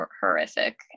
horrific